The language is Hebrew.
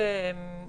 כמה כאלה יש וכו'.